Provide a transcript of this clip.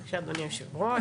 בבקשה, אדוני היושב-ראש.